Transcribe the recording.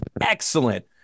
excellent